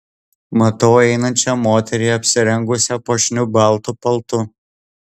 matau einančią moterį apsirengusią puošniu baltu paltu